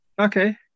Okay